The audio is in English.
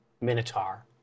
minotaur